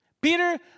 Peter